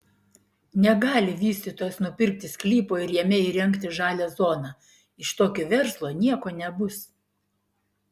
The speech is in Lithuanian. negali vystytojas nupirkti sklypo ir jame įrengti žalią zoną iš tokio verslo nieko nebus